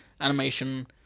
animation